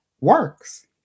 works